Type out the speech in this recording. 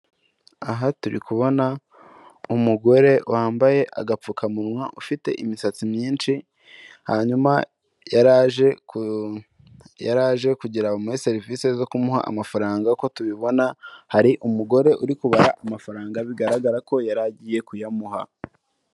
Aha turi kubona umugore wambaye agapfukamunwa, ufite imisatsi myinshi, hanyuma yari aje kugira bamuhe serivisi zo kumuha amafaranga, uko tubibona hari umugore uri kubara amafaranga bigaragara ko yari agiye kuyamuha.